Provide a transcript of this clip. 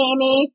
Amy